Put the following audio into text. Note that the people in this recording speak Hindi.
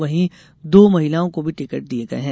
वहीं दो महिलाओं को भी टिकट दिये गये हैं